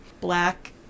black